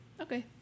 okay